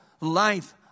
life